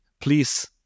Please